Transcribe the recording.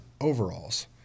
overalls